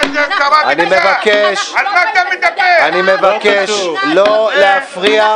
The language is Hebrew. אנחנו ------ אני מבקש לא להפריע.